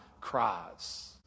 cries